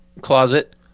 Closet